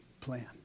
plan